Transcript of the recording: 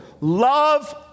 Love